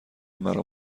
مرا